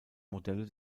modelle